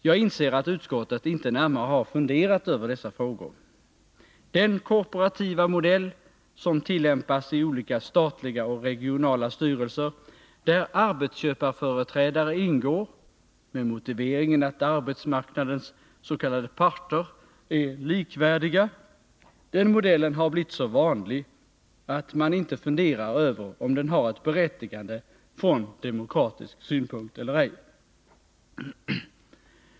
Jag inser att utskottet inte närmare har funderat över dessa frågor. Den korporativa modell som tillämpas i olika statliga och regionala styrelser, där arbetsköparföreträdare ingår, med motiveringen att arbetsmarknadens s.k. parter är likvärdiga, har blivit så vanlig att man inte funderar över om den har något berättigande från demokratisk synpunkt.